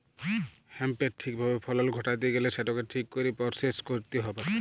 হ্যাঁম্পের ঠিক ভাবে ফলল ঘটাত্যে গ্যালে সেটকে ঠিক কইরে পরসেস কইরতে হ্যবেক